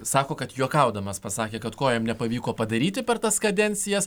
sako kad juokaudamas pasakė kad ko jam nepavyko padaryti per tas kadencijas